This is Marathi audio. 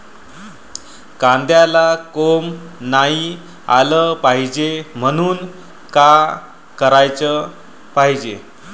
कांद्याला कोंब नाई आलं पायजे म्हनून का कराच पायजे?